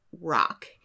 rock